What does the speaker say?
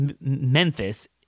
Memphis